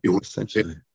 essentially